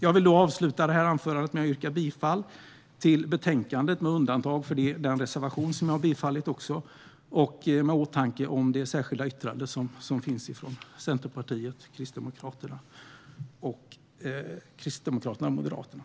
Jag vill avsluta detta anförande med att yrka bifall till utskottets förslag, med undantag för den reservation som jag också har yrkat bifall till, och med det särskilda yttrandet från Centerpartiet, Kristdemokraterna och Moderaterna i åtanke.